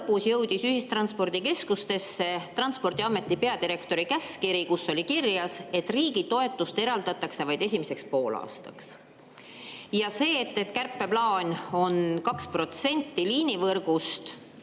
lõpus jõudis ühistranspordikeskustesse Transpordiameti peadirektori käskkiri, kus oli kirjas, et riigi toetust eraldatakse vaid esimeseks poolaastaks. Ja see, et kärpeplaan on 2% liinivõrgust